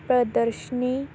ਪ੍ਰਦਰਸ਼ਨੀ